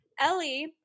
ellie